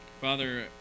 Father